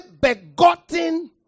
begotten